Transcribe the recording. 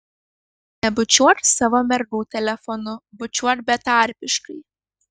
nebučiuok savo mergų telefonu bučiuok betarpiškai